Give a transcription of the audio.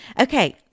Okay